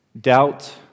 doubt